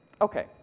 Okay